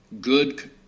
good